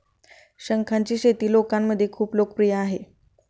शंखांची शेती लोकांमध्ये खूप लोकप्रिय आहे